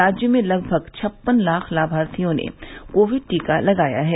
राज्य में लगभग छप्पन लाख लाभार्थियों ने कोविड टीका लगाया है